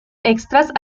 extras